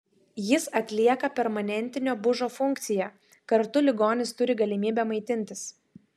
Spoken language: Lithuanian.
jis atlieka permanentinio bužo funkciją kartu ligonis turi galimybę maitintis